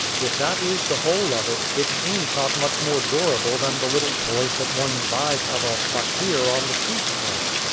if that is the whole of it, it seems not much more durable than the little toys that one buys of a fakir on the street-corner.